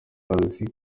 kazi